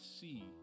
see